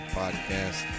podcast